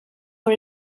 por